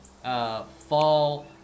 Fall